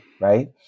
Right